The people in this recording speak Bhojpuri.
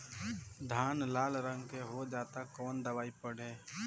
धान लाल रंग के हो जाता कवन दवाई पढ़े?